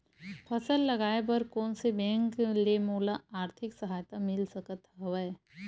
फसल लगाये बर कोन से बैंक ले मोला आर्थिक सहायता मिल सकत हवय?